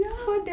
ya